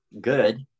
good